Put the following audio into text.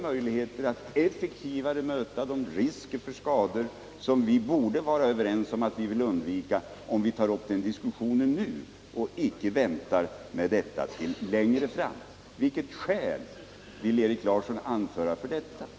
Möjligheterna att effektivare möta de risker för skador, som vi väl är överens om bör undvikas, är större om vi tar denna diskussion nu i stället för att vänta med den. Av vilket skäl vill Erik Larsson uppskjuta den diskussionen?